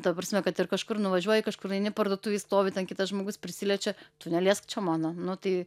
ta prasme kad ir kažkur nuvažiuoji kažkur eini parduotuvėj stovi ten kitas žmogus prisiliečia tu neliesk čia mano nu tai